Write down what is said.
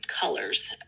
colors